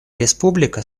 республика